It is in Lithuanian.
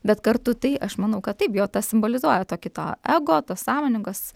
bet kartu tai aš manau kad taip jo tas simbolizuoja to kito ego tos sąmoningos